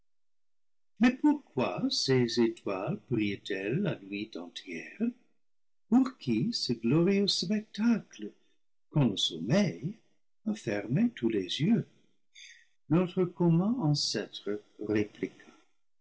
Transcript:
mais pourquoi ces étoiles brillent elles la nuit entière pour qui ce glorieux spectacle quand le sommeil a fermé tous les yeux notre commun ancêtre répliqua